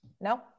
No